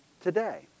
today